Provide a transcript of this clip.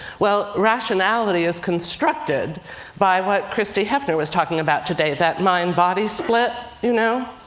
well rationality is constructed by what christie hefner was talking about today, that mind-body split, you know?